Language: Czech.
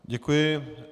Děkuji.